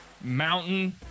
mountain